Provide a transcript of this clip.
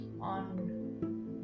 on